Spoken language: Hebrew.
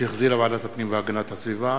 שהחזירה ועדת הפנים והגנת הסביבה.